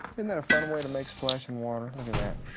isn't that a fun way to make splashing water? look at that,